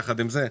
יחד עם זה,